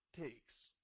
takes